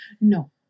No